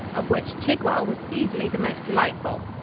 of which chigwell was easily the most delightful.